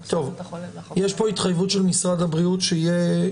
עורכת הדין אפרת ליפשיץ מהמשרד לביטחון הפנים.